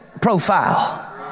profile